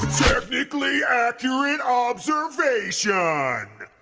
technically accurate observation. ah